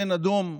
שנידום,